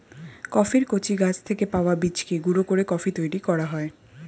কফির কচি গাছ থেকে পাওয়া বীজকে গুঁড়ো করে কফি তৈরি করা হয়